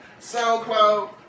SoundCloud